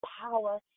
power